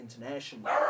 internationally